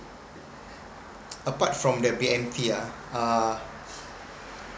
apart from the B_M_T ah uh